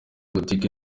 boutique